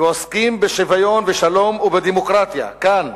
ועוסקים בשוויון ושלום ובדמוקרטיה, כאן,